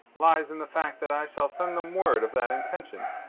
lies in the fact that i shall send them word of that intention.